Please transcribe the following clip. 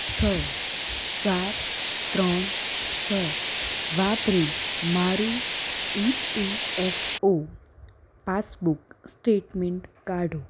છ ચાર ત્રણ છ વાપરી મારું E P F O passbook statement કાઢો